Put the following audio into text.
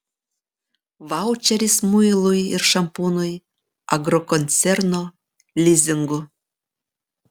vaučeris muilui ir šampūnui agrokoncerno lizingu